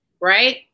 right